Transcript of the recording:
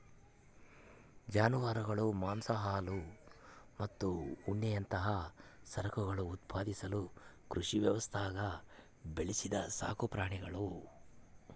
ಜಾನುವಾರುಗಳು ಮಾಂಸ ಹಾಲು ಮತ್ತು ಉಣ್ಣೆಯಂತಹ ಸರಕುಗಳನ್ನು ಉತ್ಪಾದಿಸಲು ಕೃಷಿ ವ್ಯವಸ್ಥ್ಯಾಗ ಬೆಳೆಸಿದ ಸಾಕುಪ್ರಾಣಿಗುಳು